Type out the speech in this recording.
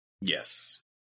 Yes